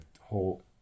whole